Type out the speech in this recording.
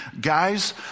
Guys